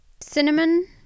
cinnamon